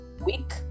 week